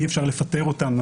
אי-אפשר לפטר אותם.